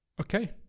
Okay